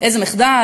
איזה מחדל,